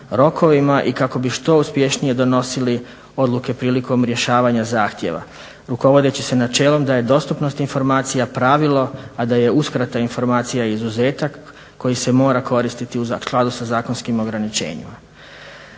i kako bi što uspješnije donosili odluke prilikom rješavanja zahtjeva, rukovodeći se načelom da je dostupnost informacija pravilo, a da je uskrata informacija izuzetak koji se mora koristiti u skladu sa zakonskim ograničenjima.